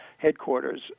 headquarters